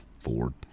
Ford